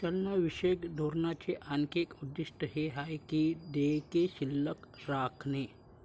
चलनविषयक धोरणाचे आणखी एक उद्दिष्ट हे आहे की देयके शिल्लक राखणे